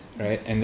mmhmm